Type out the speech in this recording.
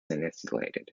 annihilated